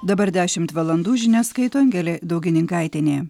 dabar dešimt valandų žinias skaito angelė daugininkaitienė